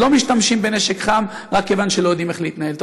אבל לא משתמשים בנשק חם רק כיוון שלא יודעים איך להתנהל.